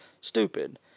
stupid